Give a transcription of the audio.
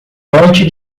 ponte